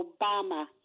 obama